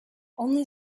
only